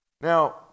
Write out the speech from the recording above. Now